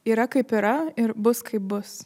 yra kaip yra ir bus kaip bus